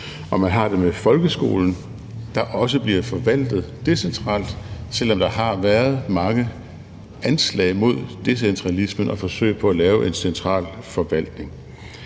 og man har det med folkeskolen, der også bliver forvaltet decentralt, selv om der har været mange anslag imod decentralismen og forsøg på at lave en central forvaltning.